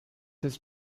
his